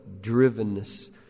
drivenness